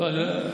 לא.